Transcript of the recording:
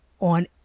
on